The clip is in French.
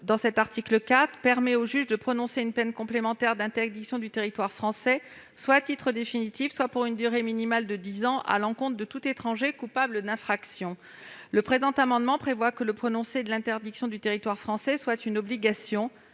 Boyer. L'article 4 permet au juge de prononcer une peine complémentaire d'interdiction du territoire français, « soit à titre définitif, soit pour une durée minimale de dix ans, à l'encontre de tout étranger coupable de l'infraction prévue ». Cet amendement a pour objet de prévoir que le prononcé de l'interdiction du territoire français soit une obligation.